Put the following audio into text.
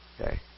Okay